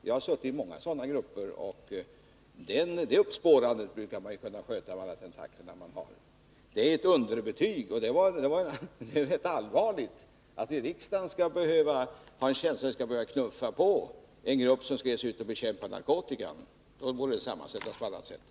Jag har suttit i många sådana grupper, och det uppspårandet brukar man kunna sköta, med alla kontakter man har. Det är rätt allvarligt och ett underbetyg åt gruppen att man i riksdagen har en känsla av att man behöver knuffa på en grupp som skall ge sig ut och bekämpa narkotika. Då borde gruppen få en annan sammansättning.